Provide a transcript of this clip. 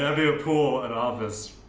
ah be a pool and office.